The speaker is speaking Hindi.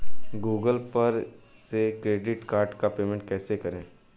गूगल पर से क्रेडिट कार्ड का पेमेंट कैसे करें?